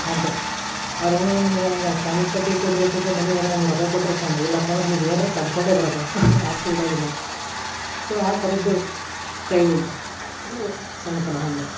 ಅಂಥವ್ ಅವ್ರು ಏನರ ನಮ್ಗ ಹಿಂಗ ಕಾಮದ್ ಪಟ್ಟಿ ಕೊಡ್ರಿ ಅಂತ ಹೇಳ್ಕಂಡು ಮನಿಗೆ ಹೋದ್ರೆ ನಮಗೆ ರೊಕ್ಕ ಕೊಟ್ಟರೆ ಚೆಂದ ಇಲ್ಲಪ್ಪಂದ್ರೆ ಅಲ್ಲಿದ ಏನ್ರ ಕದ್ಕೊಂಡೆ ಬರೋದು ನಾವು ಅಟ್ ಉಡಾಳಿ ನಾವು ಸೊ ಆ ಥರದ್ದ ಚೈಲ್ಡ್ವುಡ್ಡ ಅಂದ್ರೆ ಸಣ್ಣತನ ಹಂಗೆ